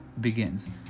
begins